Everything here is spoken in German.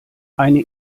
eine